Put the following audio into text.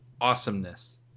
awesomeness